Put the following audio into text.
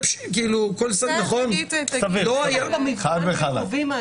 חד וחלק.